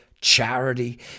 charity